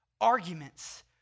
arguments